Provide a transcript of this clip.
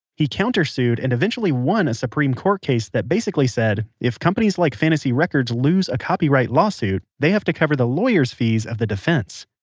he countersued and eventually won a supreme court case that basically said, if companies like fantasy records lose a copyright lawsuit, they have to cover the lawyers fees of the defense